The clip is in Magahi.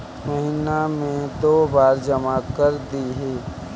महिना मे दु बार जमा करदेहिय?